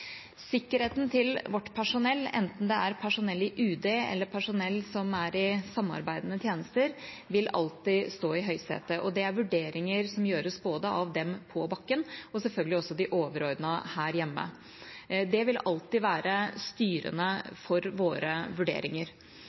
Sikkerheten til vårt personell, enten det er personell i UD eller personell i samarbeidende tjenester, vil alltid stå i høysetet, og det er vurderinger som gjøres både av dem på bakken og selvfølgelig også av de overordnede her hjemme. Det vil alltid være styrende for våre vurderinger.